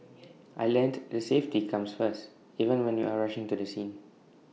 I learnt that safety comes first even when you are rushing to the scene